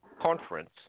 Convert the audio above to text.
conference